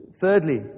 Thirdly